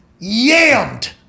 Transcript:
yammed